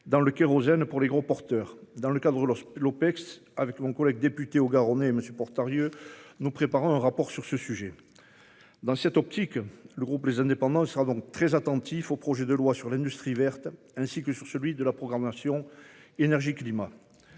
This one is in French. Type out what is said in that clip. dans le kérosène pour les gros porteurs dans le cadre lorsque l'Opecst avec mon collègue député haut-garonnais monsieur Portarrieu. Nous préparons un rapport sur ce sujet. Dans cette optique, le groupe les indépendants. Il sera donc très attentifs au projet de loi sur l'industrie verte, ainsi que sur celui de la programmation énergie climat.